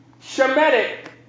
Shemitic